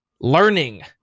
learning